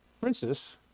princess